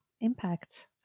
impact